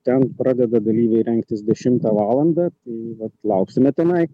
ten pradeda dalyviai rengtis dešimtą valandą tai vat lauksime tenai